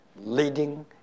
leading